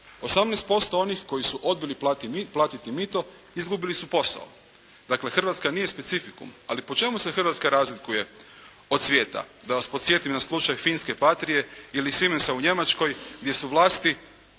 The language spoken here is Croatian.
18% onih koji su odbili platiti mito izgubili su posao. Dakle Hrvatska nije specifikum. Ali po čemu se Hrvatska razlikuje od svijeta? Da vas podsjetim na slučaj finske "Patrije" ili "Simensa" u Njemačkoj gdje su vlasti